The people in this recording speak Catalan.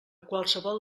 qualsevol